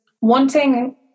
wanting